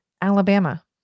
alabama